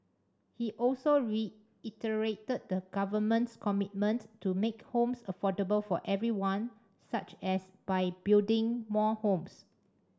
he also reiterated the Government's commitment to making homes affordable for everyone such as by building more homes